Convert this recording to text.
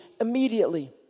immediately